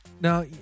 Now